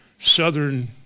southern